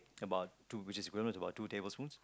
about two which is equivalent to about two tablespoons